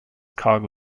cargo